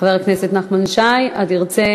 חבר הכנסת נחמן שי, התרצה